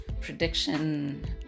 prediction